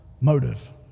motive